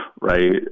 right